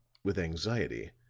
with anxiety,